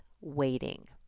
waiting